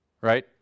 Right